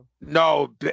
No